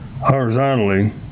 horizontally